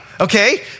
okay